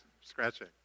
scratching